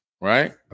right